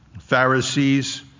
Pharisees